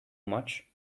much